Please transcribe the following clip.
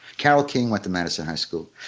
carole king with the madison high school.